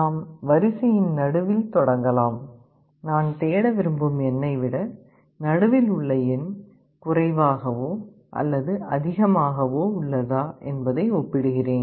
நாம் வரிசையின் நடுவில் தொடங்கலாம் நான் தேட விரும்பும் எண்ணை விட நடுவில் உள்ள எண் குறைவாகவோ அல்லது அதிகமாகவோ உள்ளதா என்பதை ஒப்பிடுகிறேன்